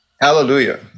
Hallelujah